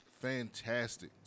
Fantastic